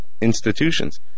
institutions